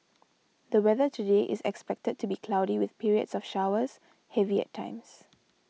the weather today is expected to be cloudy with periods of showers heavy at times